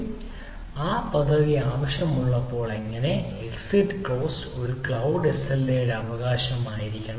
ദുരന്ത വീണ്ടെടുക്കൽ പദ്ധതി ആവശ്യമുള്ളപ്പോൾ എങ്ങനെ പ്രവർത്തിക്കും കൂടാതെ എക്സിറ്റ് ക്ലോസ് ഓരോ ക്ലൌഡ് എസ്എൽഎയുടെയും അവകാശമായിരിക്കണം